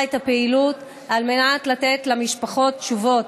את הפעילות על מנת לתת למשפחות תשובות,